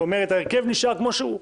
בטרם נעבור להסתייגויות,